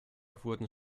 wurden